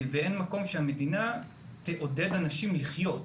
ואין מקום שהמדינה תעודד אנשים לחיות.